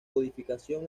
codificación